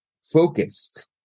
focused